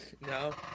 No